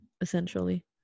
essentially